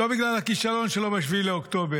לא בגלל הכישלון שלו ב-7 באוקטובר,